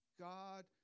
God